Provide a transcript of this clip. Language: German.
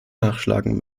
nachschlagen